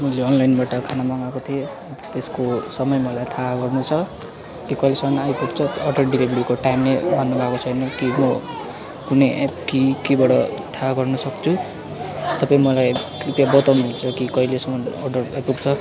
मैले अनलाइनबाट खाना मगाएको थिएँ त्यसको समय मलाई थाहा गर्नु छ त्यो कहिलेसम्म आइपुग्छ अर्डर डेलिभरीको टाइम नै भन्नु भएको छैन के हो कुनै एप कि केबाट थाहा गर्न सक्छु तपाईँ मलाई कृपया बताउनु हुन्छ कि कहिलेसम्म अर्डर आइपुग्छ